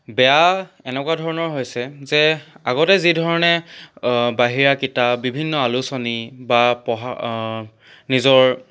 বেয়া এনকুৱা ধৰণৰ হৈছে যে আগতে যিধৰণে বাহিৰা কিতাপ বিভিন্ন আলোচনী বা পঢ়া নিজৰ